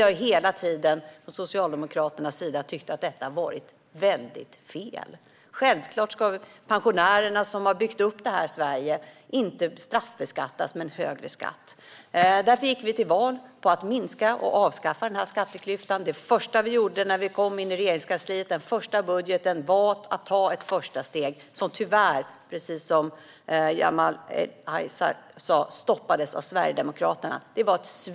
Från Socialdemokraternas sida har vi hela tiden tyckt att detta har varit väldigt fel. Självklart ska pensionärerna, som har byggt upp Sverige, inte straffas med högre skatt. Därför gick vi till val på att minska och avskaffa denna skatteklyfta. Det första vi gjorde när vi kom in i Regeringskansliet, i den första budgeten, var att ta ett första steg. Detta stoppades tyvärr av Sverigedemokraterna, precis som Jamal El-Haj sa.